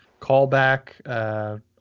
callback